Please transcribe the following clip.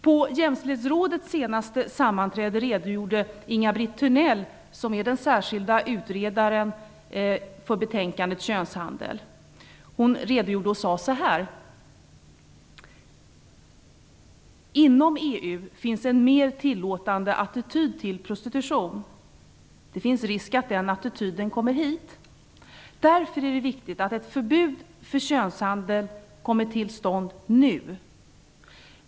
På Jämställdhetsrådets senaste sammanträde sade Inga-Britt Törnell, som är den särskilda utredaren för Prostitutionsutredningen könshandel, följande: Inom EU finns en mer tillåtande attityd till prostitution. Det finns risk att den attityden kommer hit. Därför är det viktigt att ett förbud mot könshandel kommer till stånd nu.